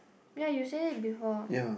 ya you said it before